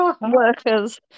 workers